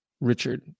Richard